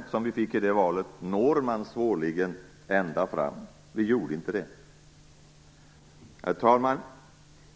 %, som vi fick i det valet, når man svårligen ända fram. Vi gjorde inte det. Herr talman!